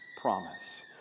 promise